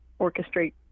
orchestrate